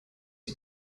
die